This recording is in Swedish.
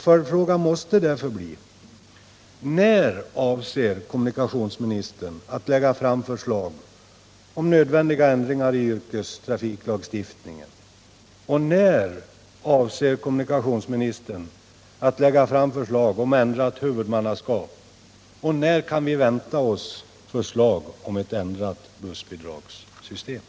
Följdfrågan måste därför bli: När avser kommunikationsministern att lägga fram förslag om nödvändiga ändringar i yrkestrafikslagstiftningen, när avser kommunikationsministern att lägga fram förslag om ändring av huvudmannaskapet, och när kan vi vänta oss ett förslag om ändring av bussbidragssystemet?